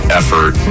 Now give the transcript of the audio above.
effort